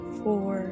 four